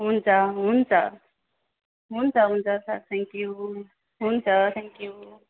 हुन्छ हुन्छ हुन्छ हुन्छ सर थ्याङ्क्यु हुन्छ थ्याङ्क्यु